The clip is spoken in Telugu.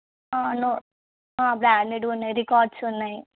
నో బ్రాండెడ్ ఉన్నాయి రికార్డ్స్ ఉన్నాయి